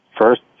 first